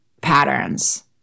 patterns